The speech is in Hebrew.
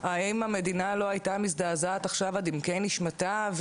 האם המדינה לא הייתה מזדעזעת עכשיו עד עמקי נשמתה,